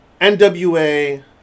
NWA